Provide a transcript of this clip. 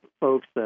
folks